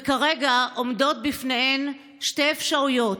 וכרגע עומדות בפניהם שתי אפשרויות: